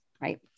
Right